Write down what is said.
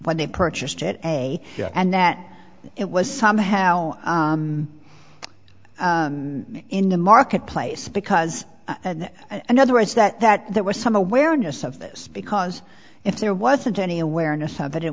when they purchased it a and that it was somehow in the marketplace because another is that that there was some awareness of this because if there wasn't any awareness of it it